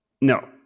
No